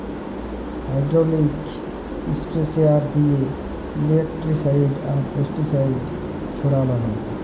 hydraulic sprayer দিঁয়ে insecticide আর pesticide ছড়াল হ্যয়